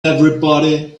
everybody